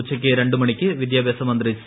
ഉച്ചയ്ക്ക് രണ്ട് മണിക്ക് വിദ്യാഭ്യാസമന്ത്രി സി